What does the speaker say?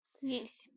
yes